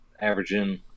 averaging